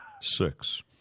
six